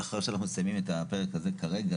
לאחר שאנחנו מסיימים את הפרק הזה כרגע,